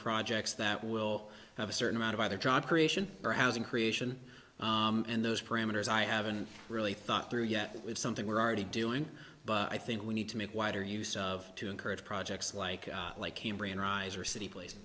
projects that will have a certain amount of either drop creation or housing creation and those parameters i haven't really thought through yet it's something we're already doing but i think we need to make wider use of to encourage projects like like a marine riser city place